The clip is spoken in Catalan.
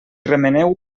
remeneu